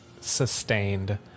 sustained